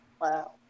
Wow